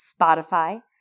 Spotify